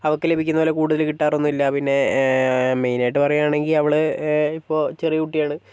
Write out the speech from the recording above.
അവൾക്ക് ലഭിക്കുന്ന പോലെ കൂടുതൽ കിട്ടാറൊന്നുമില്ല പിന്നെ മെയിൻ ആയിട്ട് പറയുവാണെങ്കിൽ അവൾ ഇപ്പോൾ ചെറിയ കുട്ടിയാണ്